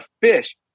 fish